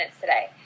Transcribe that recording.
today